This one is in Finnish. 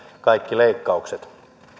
kaikki leikkaukset